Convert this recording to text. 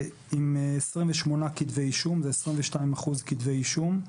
עם 28 כתבי אישום, זה 22% כתבי אישום.